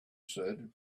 said